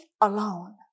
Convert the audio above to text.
alone